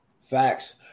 Facts